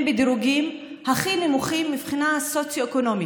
בדירוגים הכי נמוכים מבחינה סוציו-אקונומית.